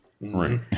Right